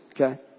Okay